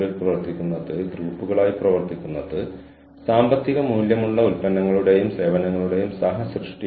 കാരണം ഞങ്ങളും കുറച്ച് പഠിക്കുന്നു ക്യാമറയ്ക്ക് മുന്നിൽ ഇരുന്നു നിങ്ങളോട് സംസാരിക്കുന്നു